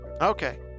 Okay